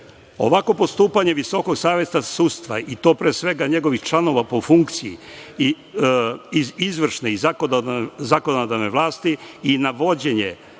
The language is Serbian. Ovako postupanje Visokog saveta sudstva i to pre svega njegovih članova po funkciji i izvršne i zakonodavne vlasti i navođenje